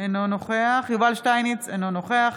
אינו נוכח יובל שטייניץ, אינו נוכח